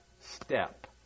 step